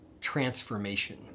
transformation